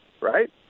right